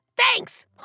Thanks